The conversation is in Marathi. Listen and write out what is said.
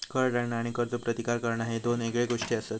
कर टाळणा आणि करचो प्रतिकार करणा ह्ये दोन येगळे गोष्टी आसत